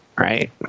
right